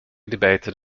debated